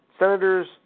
Senators